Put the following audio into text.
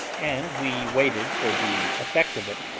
and we waited for the effect of it,